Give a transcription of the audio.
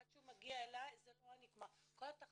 עד שהוא מגיע אלי זה לא אני" כלומר כל אחד